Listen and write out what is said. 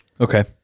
Okay